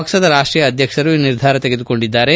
ಪಕ್ಷದ ರಾಷ್ಟೀಯ ಅದ್ವಕ್ಷರು ಈ ನಿರ್ಧಾರ ತೆಗೆದುಕೊಂಡಿದ್ದಾರೆ